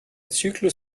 zyklus